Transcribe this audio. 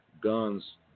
guns